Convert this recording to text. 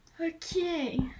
Okay